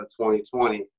2020